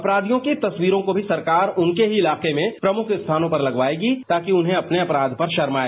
अपराधियों की तस्वीारों को भी सरकार उनके ही इलाके में प्रमुख स्थाीनों पर लगवाएगी ताकि उन्हें अपने अपराध पर शर्म आए